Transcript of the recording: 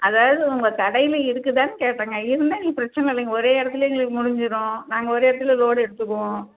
அதாவது உங்கள் கடையில் இருக்குதான்னு கேட்டேங்க இருந்தால் எங்களுக்கு பிரச்சனை இல்லைங்க ஒரே இடத்துல எங்களுக்கு முடிஞ்சிடும் நாங்கள் ஒரே இடத்துல லோடு எடுத்துக்குவோம்